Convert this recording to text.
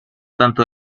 tanto